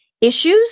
issues